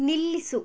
ನಿಲ್ಲಿಸು